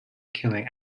killing